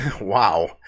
Wow